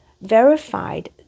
verified